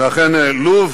ואכן, לוב